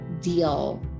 deal